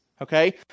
Okay